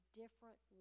different